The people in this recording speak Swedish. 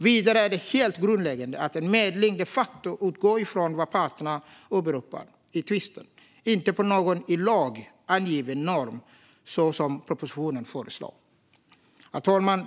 Vidare är det helt grundläggande att en medling de facto utgår från vad parterna åberopar i tvisten, inte från någon i lag angiven norm så som propositionen föreslår.